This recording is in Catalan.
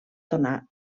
donar